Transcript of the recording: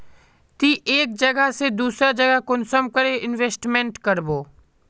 ती एक जगह से दूसरा जगह कुंसम करे इन्वेस्टमेंट करबो?